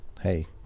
hey